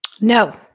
No